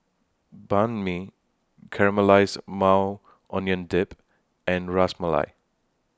Banh MI Caramelized Maui Onion Dip and Ras Malai